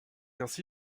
ainsi